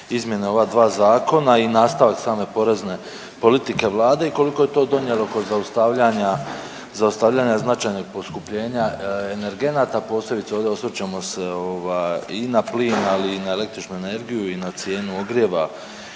izmjene ova dva zakona i nastavak same porezne politike Vlade i koliko je to donijelo kod zaustavljanja, zaustavljanja značajnih poskupljenja energenata. Posebice ovdje osvrćemo se i na plin ali i na električnu energiju i na cijenu ogrjeva